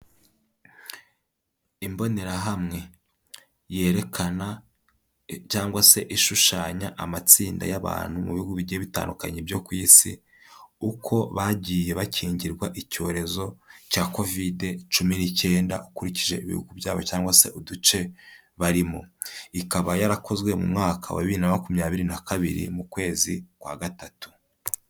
Imbonerahamwe yerekana cyangwa se ishushanya amatsinda y'abantu mu bihugu bigiye bitandukanye byo ku isi uko bagiye bakingirwa icyorezo cya kovide cumi n'icyenda ukurikije ibihugu byabo cyangwa se uduce barimo, ikaba yarakozwe mu mwaka wa bibiri na makumyabiri na kabiri, mu kwezi kwa gatatu.